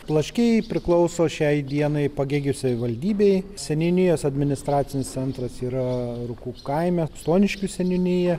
plaškiai priklauso šiai dienai pagėgių savivaldybei seniūnijos administracinis centras yra rukų kaime stoniškių seniūnija